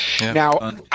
Now